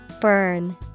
Burn